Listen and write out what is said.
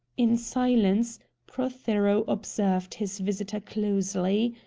in silence, prothero observed his visitor closely.